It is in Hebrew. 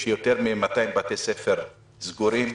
שיותר מ-200 בתי ספר סגורים,